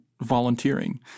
volunteering